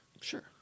Sure